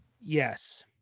Yes